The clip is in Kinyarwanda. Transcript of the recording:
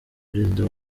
perezida